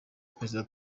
perezida